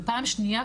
פעם שנייה,